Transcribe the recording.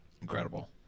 Incredible